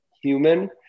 human